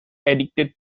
addicted